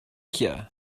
here